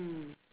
mm